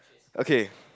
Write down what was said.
okay